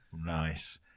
Nice